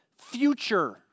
future